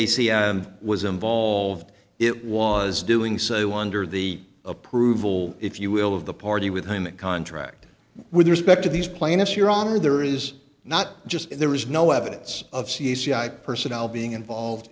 c m was involved it was doing so under the approval if you will of the party with whom that contract with respect to these plaintiffs your honor there is not just there is no evidence of c c i personnel being involved